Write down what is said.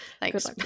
thanks